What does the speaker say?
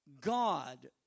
God